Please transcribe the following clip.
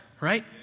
Right